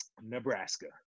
Nebraska